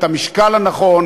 את המשקל הנכון,